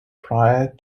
prior